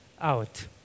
out